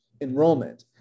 enrollment